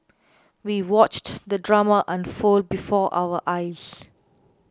we watched the drama unfold before our eyes